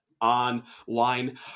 online